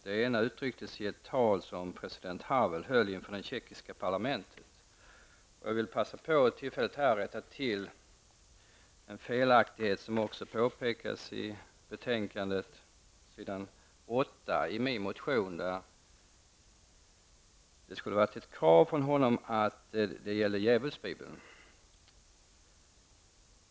Det ena uttrycktes i ett tal som president Havel höll inför det tjeckiska parlamentet. Jag vill passa på tillfället att rätta till en felaktighet i min motion som också påpekas i betänkandet på s. 8. Det var inte något krav från president Havel om att återlämna Djävulsbibeln.